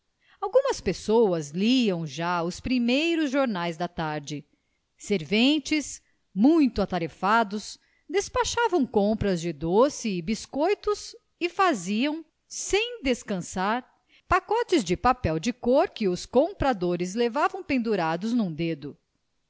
algumas pessoas liam já os primeiros jornais da tarde serventes muito atarefados despachavam compras de doces e biscoitos e faziam sem descansar pacotes de papel de cor que os compradores levavam pendurados num dedo